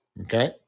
Okay